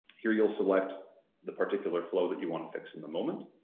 here, you'll select the particular flow that you want to fix in the moment,